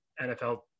NFL